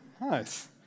Nice